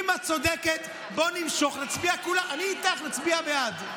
אם את צודקת, בואי נמשוך, אני איתך, נצביע בעד.